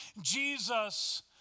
Jesus